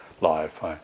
life